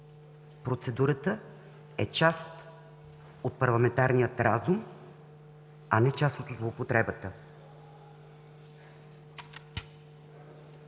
Процедурата е част от парламентарния разум, а не част от злоупотребата.